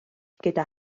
gyda